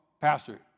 Pastor